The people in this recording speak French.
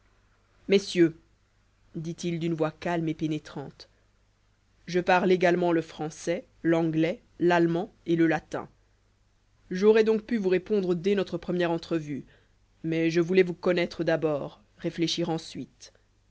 messieurs dit-il d'une voix calme et pénétrante je parle également le français l'anglais l'allemand et le latin j'aurais donc pu vous répondre dès notre première entrevue mais je voulais vous connaître d'abord réfléchir ensuite